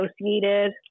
associated